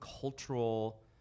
cultural